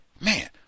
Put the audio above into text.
Man